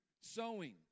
sowing